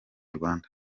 rwanda